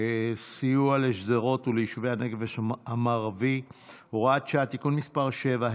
סיוע לשדרות וליישובי הנגב המערבי (הוראת שעה) (תיקון מס' 7),